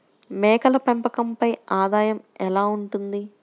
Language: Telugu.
మేకల పెంపకంపై ఆదాయం ఎలా ఉంటుంది?